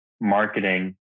marketing